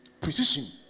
precision